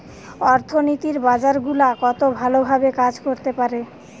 অর্থনীতির বাজার গুলা কত ভালো ভাবে কাজ করতে পারে